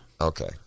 Okay